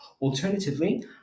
Alternatively